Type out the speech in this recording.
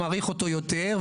הוא מאריך אותו יותר,